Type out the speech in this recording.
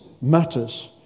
matters